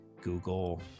Google